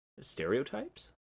stereotypes